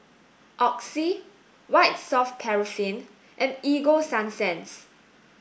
Oxy White soft paraffin and Ego sunsense